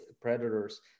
predators